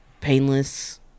painless